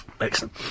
excellent